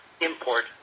import